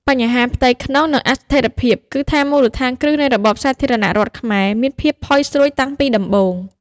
បញ្ហាផ្ទៃក្នុង និងអស្ថិរភាព គឺថាមូលដ្ឋានគ្រឹះនៃរបបសាធារណរដ្ឋខ្មែរមានភាពផុយស្រួយតាំងពីដំបូង។